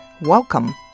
Welcome